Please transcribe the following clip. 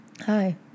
hi